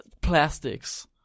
plastics